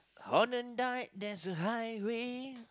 on a dark there's a highway